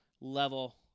level